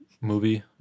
movie